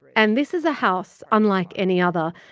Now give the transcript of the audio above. and this is a house unlike any other.